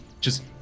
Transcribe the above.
Just-